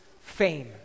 fame